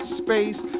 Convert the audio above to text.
space